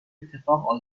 اتفاق